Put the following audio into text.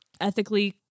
ethically